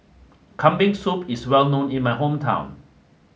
Kambing Soup is well known in my hometown